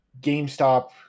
GameStop